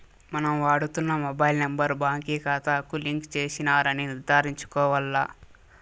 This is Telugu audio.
మనం వాడుతున్న మొబైల్ నెంబర్ బాంకీ కాతాకు లింక్ చేసినారని నిర్ధారించుకోవాల్ల